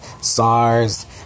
SARS